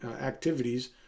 activities